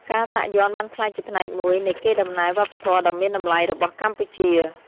ការសាក់យ័ន្តបានក្លាយជាផ្នែកមួយនៃកេរដំណែលវប្បធម៌ដ៏មានតម្លៃរបស់កម្ពុជា។